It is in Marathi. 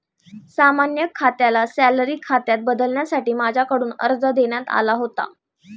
सामान्य खात्याला सॅलरी खात्यात बदलण्यासाठी माझ्याकडून अर्ज देण्यात आला होता